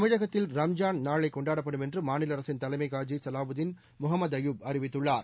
தமிழகத்தில் ரம்ஜான் பண்டிகை நாளை கொண்டாடப்படும் என்று மாநில அரசின் தலைமை காஜி சலாவுதீன் முகமது அய்யூப் தெரிவித்துள்ளார்